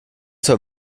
zur